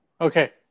Okay